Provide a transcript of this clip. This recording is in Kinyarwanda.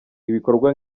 ibikorwa